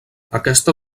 aquesta